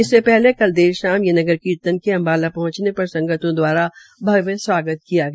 इससे पहले कल देर रात शाम में नगर कीर्तन अम्बाला पहंचने पर संगतों दवारा भव्य स्वागत किया गया